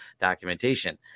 documentation